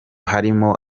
harimo